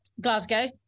Glasgow